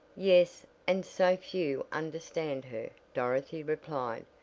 yes, and so few understand her, dorothy replied.